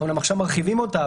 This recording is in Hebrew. אמנם עכשיו מרחיבים אותה,